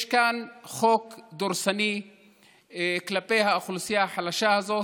יש כאן חוק דורסני כלפי האוכלוסייה החלשה הזאת,